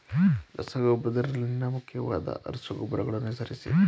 ರಸಗೊಬ್ಬರದಲ್ಲಿನ ಮುಖ್ಯವಾದ ರಸಗೊಬ್ಬರಗಳನ್ನು ಹೆಸರಿಸಿ?